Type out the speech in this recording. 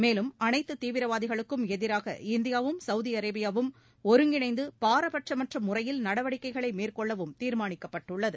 மேலும் அனைத்து தீவிரவாதிகளுக்கும் எதிராக இந்தியாவும் ஒருங்கிணைந்து பாரபட்சமற்ற முறையில் நடவடிக்கைகளை மேற்கொள்ளவும் தீர்மானிக்கப்பட்டுள்ளது